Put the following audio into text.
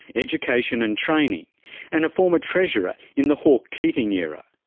education and training and a former treasurer in the hawke keating era,